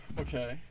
okay